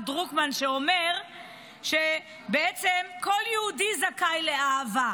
דרוקמן שאומר שבעצם כל יהודי זכאי לאהבה.